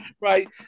right